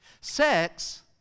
Sex